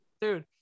Dude